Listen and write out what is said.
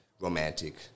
romantic